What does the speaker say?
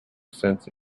since